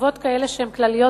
כתובות שהן כלליות,